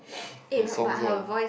her songs one